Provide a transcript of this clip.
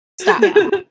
stop